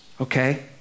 okay